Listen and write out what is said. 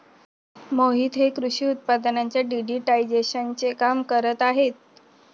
मोहित हे कृषी उत्पादनांच्या डिजिटायझेशनचे काम करत आहेत